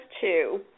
two